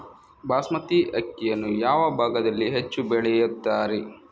ಬಾಸ್ಮತಿ ಅಕ್ಕಿಯನ್ನು ಯಾವ ಭಾಗದಲ್ಲಿ ಹೆಚ್ಚು ಬೆಳೆಯುತ್ತಾರೆ?